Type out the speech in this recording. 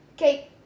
Okay